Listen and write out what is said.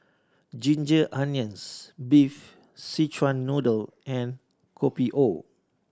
ginger onions beef Szechuan Noodle and Kopi O